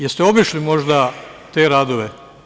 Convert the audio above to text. Jel ste obišli, možda, te radove?